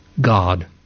God